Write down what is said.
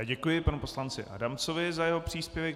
Děkuji panu poslanci Adamcovi za jeho příspěvek.